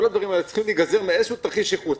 כל הדברים האלה צריכים להיגזר מאיזשהו תרחיש ייחוס.